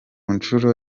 nshuro